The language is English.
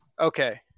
okay